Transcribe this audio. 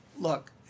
look